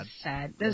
sad